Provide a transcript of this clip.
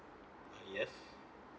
ah yes